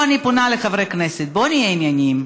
אני פונה לחברי הכנסת: בואו נהייה ענייניים.